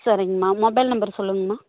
சரிங்கமா mobile number சொல்லுங்கமா